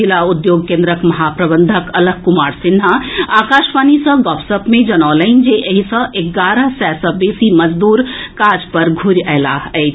जिला उद्योग केन्द्रक महाप्रबंधक अलख कुमार सिन्हा आकाशवाणी सँ गपशप मे जनौलनि जे एहि सँ एगारह सय सँ बेसी मजदूर काज पर घूरि अएलाह अछि